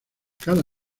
cada